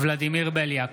ולדימיר בליאק,